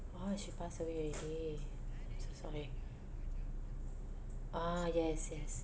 oh she passed away already so sorry ah yes yes